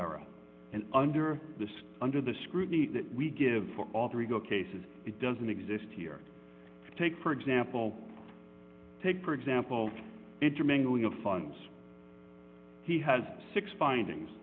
era and under this under the scrutiny that we give for alter ego cases it doesn't exist here take for example take for example intermingling of funds he has six findings